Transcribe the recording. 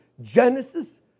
Genesis